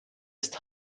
ist